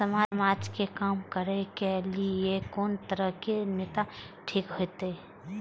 समाज के काम करें के ली ये कोन तरह के नेता ठीक होते?